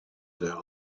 der